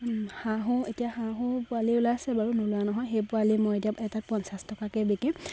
হাঁহো এতিয়া হাঁহো পোৱালি ওলাইছে বাৰু নোলোৱা নহয় সেই পোৱালি মই এতিয়া এটাত পঞ্চাছ টকাকে বিকিম